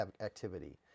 activity